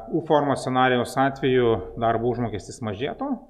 u formos scenarijaus atveju darbo užmokestis mažėtų